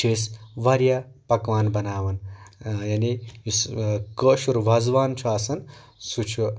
چھِ أسۍ واریاہ پکوان بناوان یعنی یُس کٲشُر وازوان چھُ آسان سہُ چھُ